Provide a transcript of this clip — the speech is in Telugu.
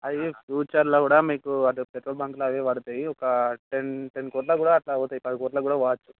అది ఫ్యూచర్లో కూడా మీకు అటు పెట్రోల్ బంక్లు అవి పడతాయి ఒక టెన్ టెన్ కోట్లకు కూడా అట్లా పోతాయి పది కోట్లకు కూడా పోవచ్చు